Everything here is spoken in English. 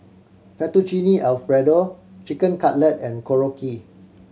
Fettuccine Alfredo Chicken Cutlet and Korokke